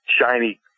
shiny